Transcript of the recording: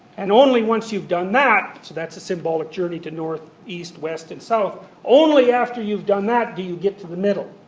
and only once you've done that so that's a symbolic journey to north, east, west, and south, only after you've done that do you get to the middle.